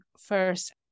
first